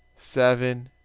seven,